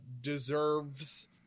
deserves